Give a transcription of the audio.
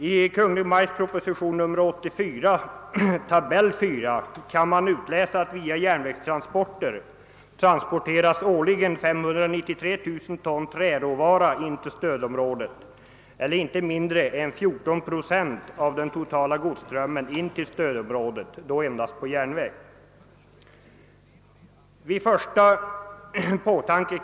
I Kungl. Maj:ts proposition nr 84 tabell 4 kan man utläsa att via järnväg transporteras årligen 593 000 ton träråvara in till stödområdet eller inte mindre än 14 procent av den totala godsströmmen på järnväg till stödomdet.